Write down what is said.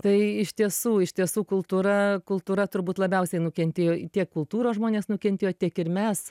tai iš tiesų iš tiesų kultūra kultūra turbūt labiausiai nukentėjo tiek kultūros žmonės nukentėjo tiek ir mes